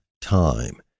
time